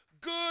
good